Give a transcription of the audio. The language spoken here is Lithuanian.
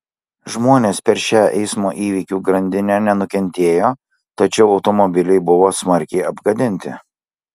žmonės per šią eismo įvykių grandinę nenukentėjo tačiau automobiliai buvo smarkiai apgadinti